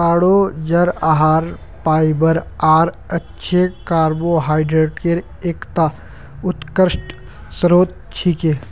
तारो जड़ आहार फाइबर आर अच्छे कार्बोहाइड्रेटक एकता उत्कृष्ट स्रोत छिके